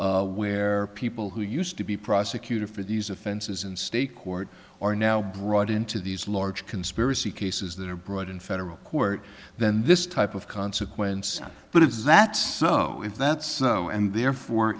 now where people who used to be prosecuted for these offenses in state court are now brought into these large conspiracy cases that are brought in federal court then this type of consequence but if that's so if that's and therefore